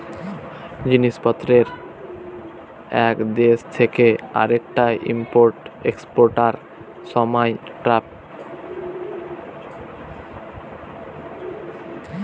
জিনিস পত্রের এক দেশ থেকে আরেকটায় ইম্পোর্ট এক্সপোর্টার সময় ট্যারিফ ট্যাক্স দিতে হয়